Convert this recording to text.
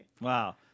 Wow